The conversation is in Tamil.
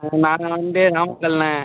நாங்கள் வந்து நாமக்கல்ண்ணே